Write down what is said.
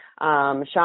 sean